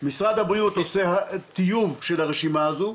משרד הבריאות עושה טיוב של הרשימה הזאת,